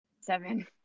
Seven